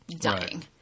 Dying